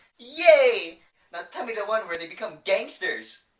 yay! now tell me the one where they become gangsters!